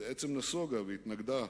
בעצם נסוגה והתנגדה